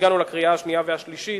הגענו לקריאה השנייה והשלישית,